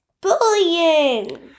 bullying